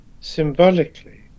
symbolically